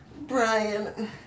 Brian